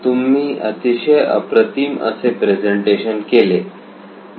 तुम्ही अतिशय अप्रतिम असे प्रेझेंटेशन केले